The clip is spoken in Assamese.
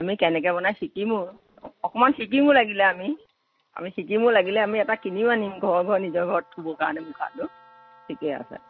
আমি কেনেকৈ বনাই শিকিমো অকণমান শিকিমো লাগিলে আমি আমি শিকিমো লাগিলে আমি এটা কিনিও আনিম ঘৰে ঘৰে নিজৰ ঘৰত থ'বৰ কাৰণে মুখাটো ঠিকে আছে